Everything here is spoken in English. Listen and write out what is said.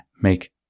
make